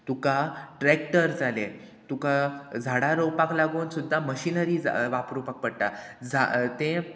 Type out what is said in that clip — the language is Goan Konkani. तुका ट्रॅक्टर जाले तुका झाडां रोवपाक लागून सुद्दां मशिनरी जा वापरुपाक पडटा जा तें